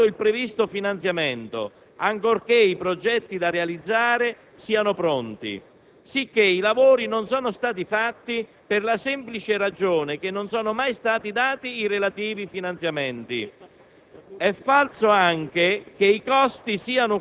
dati in concessione, non è stato ancora dato il previsto finanziamento, ancorché i progetti da realizzare siano pronti. Sicché i lavori non sono stati fatti per la semplice ragione che non sono mai stati dati i relativi finanziamenti.